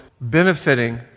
benefiting